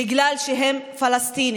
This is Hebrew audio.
בגלל שהם פלסטינים,